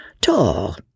Tall